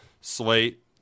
slate